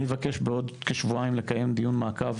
אני אבקש בעוד כשבועיים לקיים דיון מעקב